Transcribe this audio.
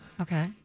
okay